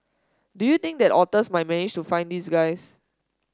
do you think the otters might manage to find these guys